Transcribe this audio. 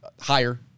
higher